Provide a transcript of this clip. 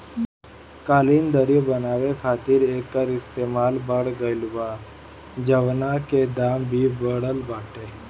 कालीन, दर्री बनावे खातिर एकर इस्तेमाल बढ़ गइल बा, जवना से दाम भी बढ़ल बाटे